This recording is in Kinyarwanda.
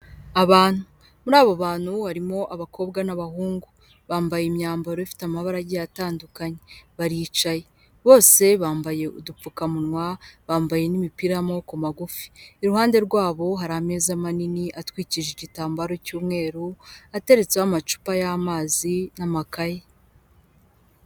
Abantu, muri abo bantu harimo abakobwa n'abahungu bambaye imyambaro ifite amabara agiye atandukanye, baricaye bose bambaye udupfukamunwa bambaye n'imipira y'amaboko magufi, iruhande rwabo hari ameza manini atwikije igitambaro cy'umweru ateretseho amacupa y'amazi n'amakaye.